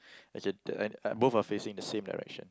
okay uh both are facing the same direction